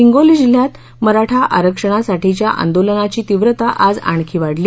हिंगोली जिल्ह्यात मराठा आरक्षणासाठीच्या आंदोलनाची तीव्रता आज आणखी वाढली